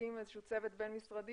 להקים איזה שהוא צוות בין משרדי